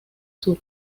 sur